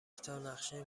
تانقشه